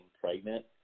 pregnant